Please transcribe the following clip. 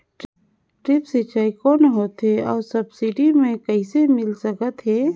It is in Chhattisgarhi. ड्रिप सिंचाई कौन होथे अउ सब्सिडी मे कइसे मिल सकत हे?